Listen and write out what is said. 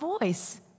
voice